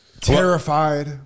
terrified